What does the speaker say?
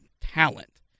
talent